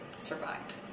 survived